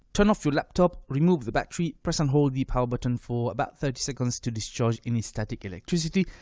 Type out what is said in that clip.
turn off your laptop, remove the battery, press and hold the power button for about thirty seconds to discharge any static electricity,